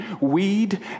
Weed